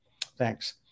Thanks